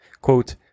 Quote